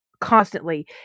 constantly